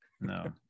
No